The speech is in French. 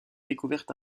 découverte